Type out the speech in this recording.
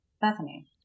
Bethany